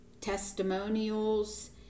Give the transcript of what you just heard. testimonials